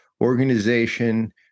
organization